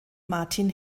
martin